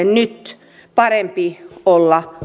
nyt parempi olla